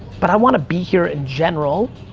but i want to be here, in general,